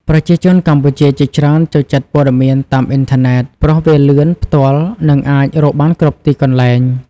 ប្រជាជនកម្ពុជាជាច្រើនចូលចិត្តព័ត៌មានតាមអ៊ីនធឺណិត ព្រោះវាលឿន ផ្ទាល់ និងអាចរកបានគ្រប់ទីកន្លែង។